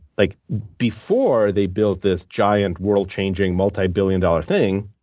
like before they built this giant, world changing, multibillion dollar thing,